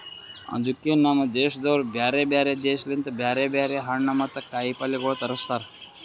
ಅದುಕೆ ನಮ್ ದೇಶದವರು ಬ್ಯಾರೆ ಬ್ಯಾರೆ ದೇಶ ಲಿಂತ್ ಬ್ಯಾರೆ ಬ್ಯಾರೆ ಹಣ್ಣು ಮತ್ತ ಕಾಯಿ ಪಲ್ಯಗೊಳ್ ತರುಸ್ತಾರ್